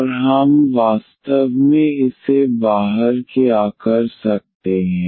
और हम वास्तव में इसे बाहर क्या कर सकते हैं